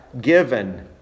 given